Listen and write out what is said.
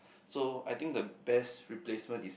so I think the best replacement is